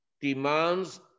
demands